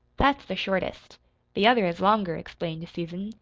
that's the shortest the other is longer, explained susan,